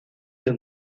del